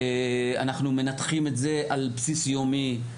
אנחנו מנתחים את זה על בסיס יומי,